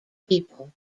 people